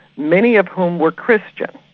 many of whom were christian.